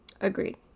Agreed